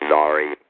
Sorry